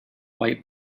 light